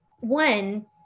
One